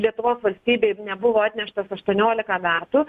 lietuvos valstybei nebuvo atneštas aštuonioliką metų